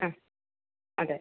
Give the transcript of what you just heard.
ആ അതെ